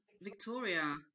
Victoria